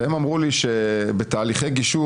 והם אמרו לי שבתהליכי גישור,